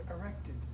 erected